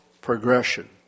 progression